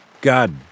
God